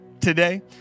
today